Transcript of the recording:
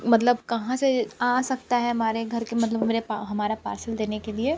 मतलब कहाँ से आ सकता है हमारे घर के मतलब हमरे पा हमारा पार्सल देने के लिए